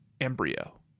embryo